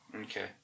Okay